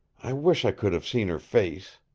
i wish i could have seen her face.